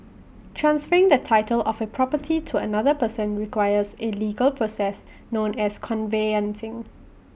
transferring the title of A property to another person requires A legal process known as conveyancing